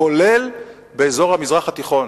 כולל באזור המזרח התיכון.